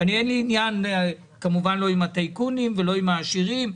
אין לי עניין לא עם הטייקונים ולא עם העשירים,